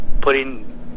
putting